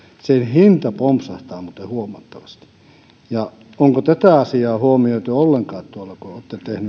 sen hinta pompsahtaa muuten huomattavasti onko tätä asiaa huomioitu ollenkaan tuolla kun